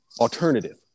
alternative